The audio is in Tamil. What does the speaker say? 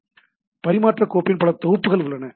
எனவே பரிமாற்றக் கோப்பின் பல தொகுப்புகள் உள்ளன